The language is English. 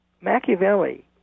Machiavelli